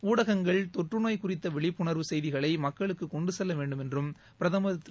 ஊடகங்கள் தொற்று நோய் குறித்த விழிப்புணர்வு செய்திகளை மக்களுக்கு கொண்டு செல்ல வேண்டும் என்று பிரதமர் திரு